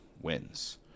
wins